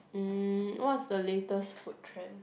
mm what's the latest food trend